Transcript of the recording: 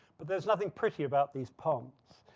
but there's nothing pretty about these ponds.